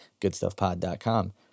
goodstuffpod.com